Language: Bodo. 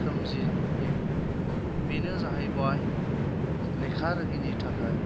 सोमजियो बेनो जाहैबाय लेखा रोङिनि थाखाय